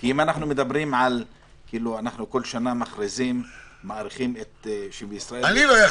אם כל שנה אנחנו מאריכים --- אני לא אכריז,